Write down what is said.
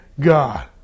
God